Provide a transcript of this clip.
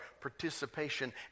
participation